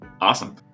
Awesome